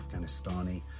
Afghanistani